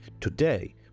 Today